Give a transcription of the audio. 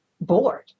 bored